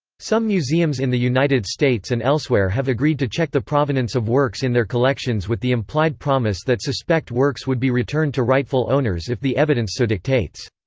some museums in the united states and elsewhere have agreed to check the provenance of works in their collections with the implied promise that suspect works would be returned to rightful owners if the evidence so dictates.